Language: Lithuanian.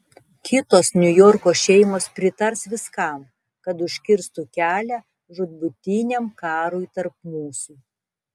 kitos niujorko šeimos pritars viskam kad užkirstų kelią žūtbūtiniam karui tarp mūsų